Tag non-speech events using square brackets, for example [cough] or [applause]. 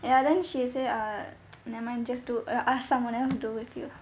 ya then she say err [noise] never mind just d~ eh ask someone else do with you